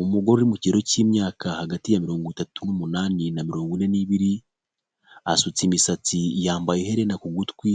Umugore uri mu kiro cy'imyaka hagati mirongo itatu n'umunani na mirongo ine n'ibiri, asutse imisatsi, yambaye iherena ku gutwi,